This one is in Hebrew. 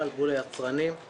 מי מציג את הבקשה הזאת?